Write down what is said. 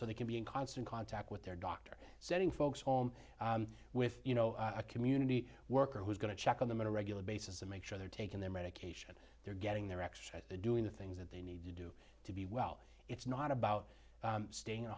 so they can be in constant contact with their doctor setting folks home with you know a community worker who's going to check on them on a regular basis to make sure they're taking their medication they're getting their exercise doing the things that they do to be well it's not about staying in a